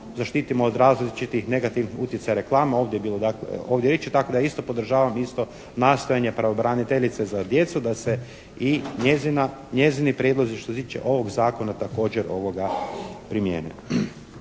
zaštitimo od različitih negativnih utjecaja reklama, ovdje je bilo dakle ovdje riječi, tako da isto podržavam isto nastojanje pravobraniteljice za djecu da se i njezini prijedlozi što se tiče ovog zakona također primijene.